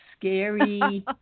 scary